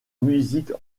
musique